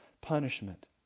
punishment